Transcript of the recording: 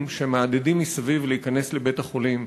שמהדהדים מסביב להיכנס לבית-החולים.